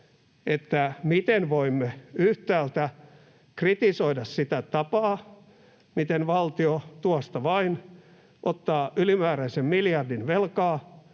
siitä, miten voimme yhtäältä kritisoida sitä tapaa, miten valtio tuosta vain ottaa ylimääräisen miljardin velkaa